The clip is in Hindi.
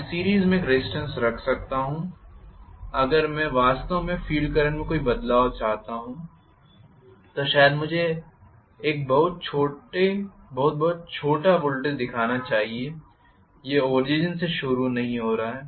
मैं सीरीस में एक रेज़िस्टेन्स रख सकता हूँ अगर मैं वास्तव में फ़ील्ड करंट में कोई बदलाव चाहता हूं तो शायद मुझे एक बहुत बहुत छोटा वोल्टेज दिखाना चाहिए यह ऑरिजिन से शुरू नहीं हो रहा है